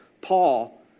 Paul